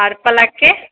आर पलकके